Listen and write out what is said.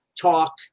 talk